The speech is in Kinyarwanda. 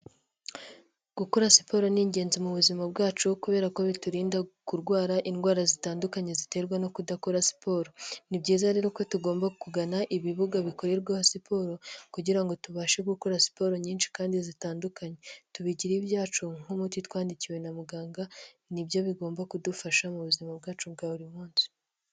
Gukora siporo ni ingenzi mu buzima bwacu kubera ko biturinda kurwara indwara zitandukanye ziterwa no kudakora siporo, ni byiza rero ko tugomba kugana ibibuga bikorerwaho siporo kugira ngo tubashe gukora siporo nyinshi kandi zitandukanye, tubigire ibyacu nk'umuti twandikiwe na muganga, nibyo bigomba kudufasha mu buzima bwacu bwa buri munsi.